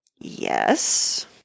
Yes